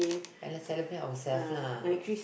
ya lah celebrate ourself lah